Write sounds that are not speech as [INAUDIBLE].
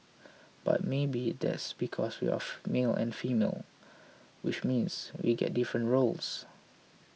but maybe that's because we're [NOISE] male and female which means we get different roles